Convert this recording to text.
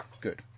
Good